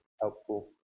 helpful